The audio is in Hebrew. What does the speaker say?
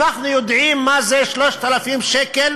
אנחנו יודעים מה זה 3,000 שקל